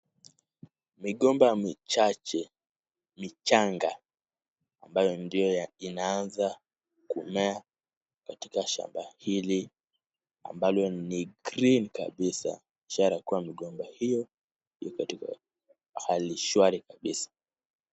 Migomba michache michanga ambayo ndiyo inaanza kumea katika shamba hili amalo ni green kabisa ishara kwamba migomba hiyo iko katika hali shwari kabisa.